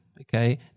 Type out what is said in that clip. okay